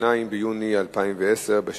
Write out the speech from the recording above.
2 ביוני 2010,